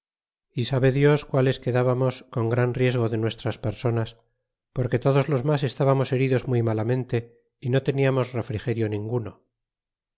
y sabe dios quales quedábamos con gran riesgo de nuestras personas porque todos los mas estábamos heridos muy malamente y no tenialiaos refrigerio ninguno